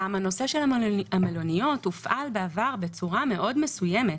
גם הנושא של המלוניות הופעל בעבר בצורה מאוד מסוימת,